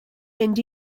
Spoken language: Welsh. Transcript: mynd